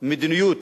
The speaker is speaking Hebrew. מדיניות